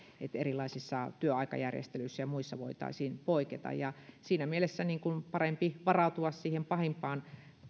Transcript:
että erilaisissa työaikajärjestelyissä ja muissa voitaisiin poiketa siinä mielessä parempi varautua pahimpaan